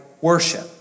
worship